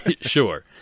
sure